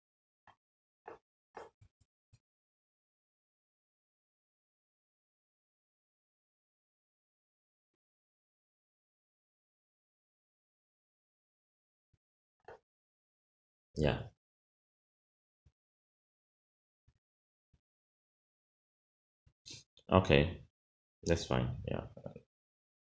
ya okay that's fine ya